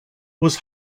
was